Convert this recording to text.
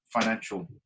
Financial